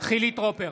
חילי טרופר,